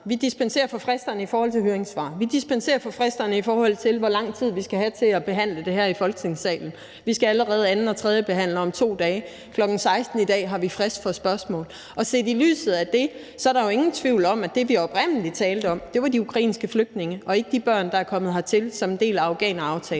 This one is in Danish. Vi dispenserer for fristerne i forhold til høringssvar. Vi dispenserer for fristerne, i forhold til hvor lang tid vi skal have til at behandle det her i Folketingssalen. Vi skal allerede anden- og tredjebehandle det om 2 dage. Kl. 16.00 i dag har vi frist for spørgsmål. Og set i lyset af det er der jo ingen tvivl om, at det, vi oprindelig talte om, var de ukrainske flygtninge og ikke de børn, som er kommet hertil som en del af afghaneraftalen.